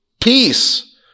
peace